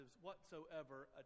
whatsoever